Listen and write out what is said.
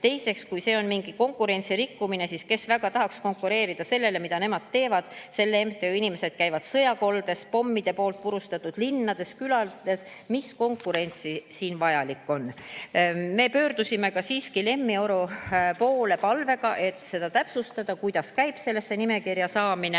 Teiseks, kui see on mingi konkurentsi rikkumine, siis kes väga tahaks konkureerida sellele, mida nemad teevad: selle MTÜ inimesed käivad sõjakoldes, pommidest purustatud linnades, külades. Mis konkurents siin vajalik on? Me pöördusime siiski Lemmi Oro poole palvega, et seda täpsustada, kuidas käib sellesse nimekirja saamine.